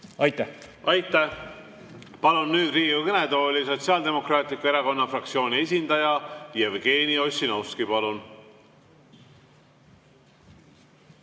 Aitäh! Aitäh! Ma palun nüüd Riigikogu kõnetooli Sotsiaaldemokraatliku Erakonna fraktsiooni esindaja Jevgeni Ossinovski. Palun!